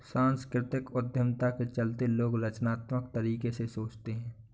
सांस्कृतिक उद्यमिता के चलते लोग रचनात्मक तरीके से सोचते हैं